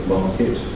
market